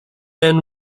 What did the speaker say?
men